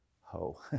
ho